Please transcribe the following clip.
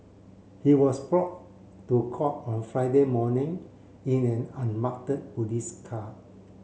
he was brought to court on Friday morning in an police car